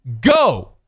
go